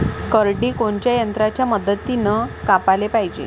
करडी कोनच्या यंत्राच्या मदतीनं कापाले पायजे?